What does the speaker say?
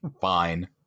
Fine